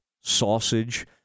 sausage